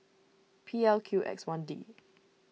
P L Q X one D